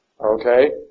Okay